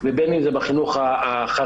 ובין אם זה בחינוך החרדי,